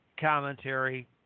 commentary